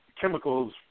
chemicals